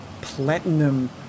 platinum